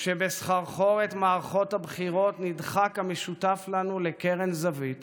כשבסחרחורת מערכות הבחירות נדחק המשותף לנו לקרן זווית